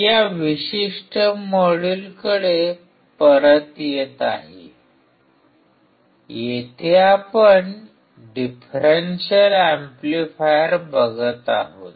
या विशिष्ट मॉड्यूलकडे परत येत आहे येथे आपण डिफरेंशियल एम्पलीफायर बघत आहोत